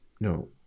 no